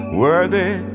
worthy